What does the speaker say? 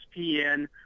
ESPN